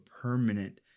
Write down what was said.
permanent